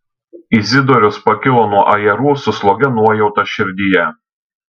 izidorius pakilo nuo ajerų su slogia nuojauta širdyje